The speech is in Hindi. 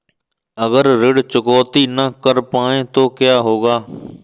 अगर ऋण चुकौती न कर पाए तो क्या होगा?